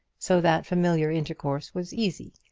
so that familiar intercourse was easy,